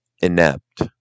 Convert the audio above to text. inept